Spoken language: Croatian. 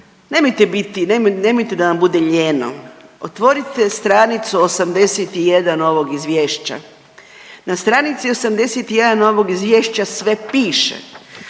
nemojte da vam bude lijeno otvorite stranicu 81 ovog izvješća, na stranici 81 izvješća sve piše,